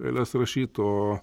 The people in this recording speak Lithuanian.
eiles rašyt o